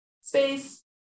space